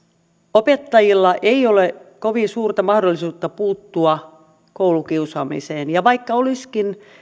opettajilla ei ole kovin suurta mahdollisuutta puuttua koulukiusaamiseen ja vaikka olisikin